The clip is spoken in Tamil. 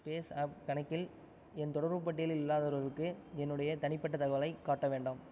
பேஸ்ஆப் கணக்கில் என் தொடர்புப் பட்டியலில் இல்லாதவர்களுக்கு என்னுடைய தனிப்பட்ட தகவலைக் காட்ட வேண்டாம்